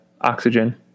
oxygen